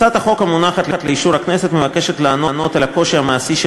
הצעת החוק המונחת לאישור הכנסת מבקשת לענות על הקושי המעשי של